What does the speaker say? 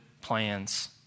plans